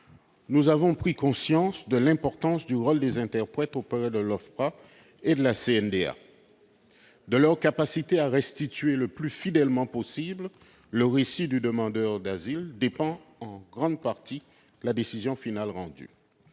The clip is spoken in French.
nous avons pris conscience de l'importance du rôle des interprètes auprès de l'OFPRA et de la CNDA. De leur capacité à restituer le plus fidèlement possible le récit du demandeur d'asile dépend en grande partie la décision rendue.